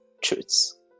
truths